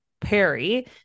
Perry